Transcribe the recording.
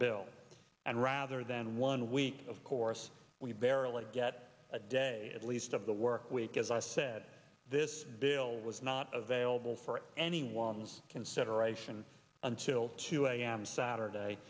bill and rather than one week of course we verily get a day at least of the work week as i said this bill was not available for anyone's consideration until two a m saturday